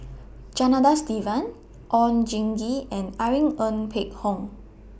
Janadas Devan Oon Jin Gee and Irene Ng Phek Hoong